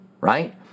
right